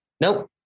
Nope